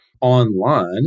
online